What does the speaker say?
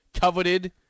coveted